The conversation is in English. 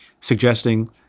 suggesting